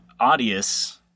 Audius